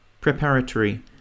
preparatory